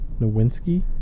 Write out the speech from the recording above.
Nowinski